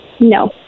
No